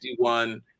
51